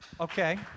Okay